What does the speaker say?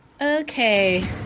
Okay